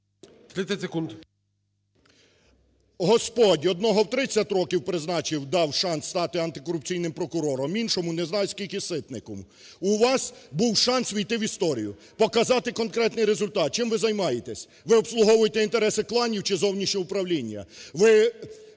О.В. ... Господь. Одного в 30 років призначив, дав шанс стати антикорупційним прокурором, іншому – не знаю скільки Ситнику. У вас був шанс увійти в історію, показати конкретний результат. Чим ви займаєтесь? Ви обслуговуєте інтереси кланів чи зовнішнього управління. Ви